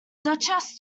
duchess